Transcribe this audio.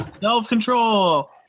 Self-control